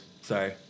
Sorry